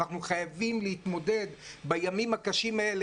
אנחנו חייבים להתמודד בימים הקשים האלה.